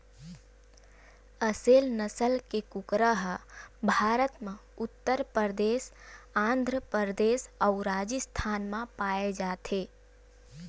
असेल नसल के कुकरा ह भारत म उत्तर परदेस, आंध्र परदेस अउ राजिस्थान म पाए जाथे